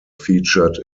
featured